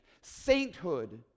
Sainthood